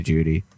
Judy